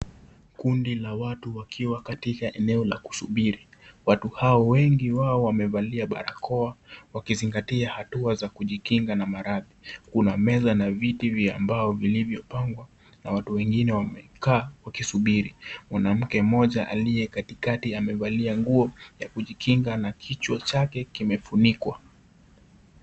Kundi la watu wakiwa katika eneo la kusubiri, watu hao wengi wao wamevalia barakoa wakizingatia hatua za kujikinga na maradhi. Kuna meza na viti vya mbao vilivyopangwa, watu wengine wamekaa wakisubiri. Mwanamke mmoja aliyekatikati amevalia nguo ya kujikinga na kichwa chake kimefunikwa.